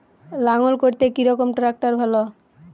লাঙ্গল করতে কি রকম ট্রাকটার ভালো?